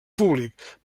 públic